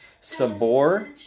Sabor